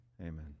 amen